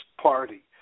party